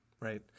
Right